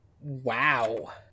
Wow